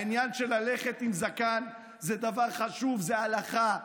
העניין של לכת עם זקן, זה דבר חשוב, זה הלכה.